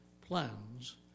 plans